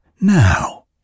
Now